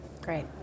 Great